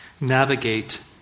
navigate